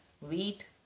wheat